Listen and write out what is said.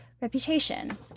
reputation